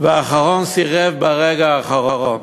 והאחרון סירב ברגע האחרון.